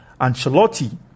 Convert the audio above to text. Ancelotti